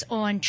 on